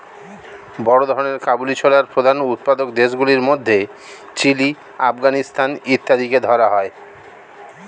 বড় ধরনের কাবুলি ছোলার প্রধান উৎপাদক দেশগুলির মধ্যে চিলি, আফগানিস্তান ইত্যাদিকে ধরা হয়